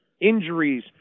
Injuries